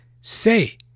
say